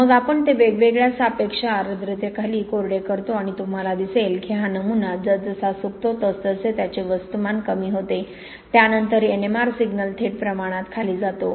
मग आपण ते वेगवेगळ्या सापेक्ष आर्द्रतेखाली कोरडे करतो आणि तुम्हाला दिसेल की हा नमुना जसजसा सुकतो तसतसे त्याचे वस्तुमान कमी होते त्यानंतर NMR सिग्नल थेट प्रमाणात खाली जातो